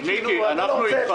מיקי לוי,